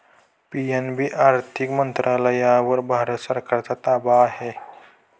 PNB आर्थिक मंत्रालयावर भारत सरकारचा ताबा आहे